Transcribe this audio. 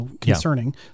concerning